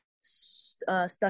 stuck